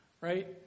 Right